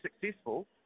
successful